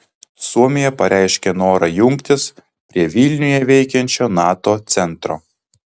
suomija pareiškė norą jungtis prie vilniuje veikiančio nato centro